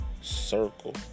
circle